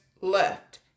left